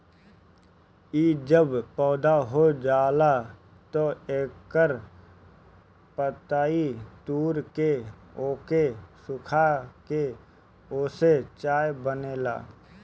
इ जब पौधा हो जाला तअ एकर पतइ तूर के ओके सुखा के ओसे चाय बनेला